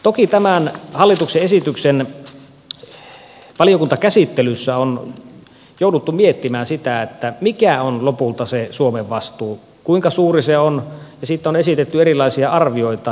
toki tämän hallituksen esityksen valiokuntakäsittelyssä on jouduttu miettimään sitä mikä on lopulta se suomen vastuu kuinka suuri se on ja siitä on esitetty erilaisia arvioita